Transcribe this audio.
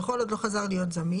וכל עוד לא חזר להיות זמין,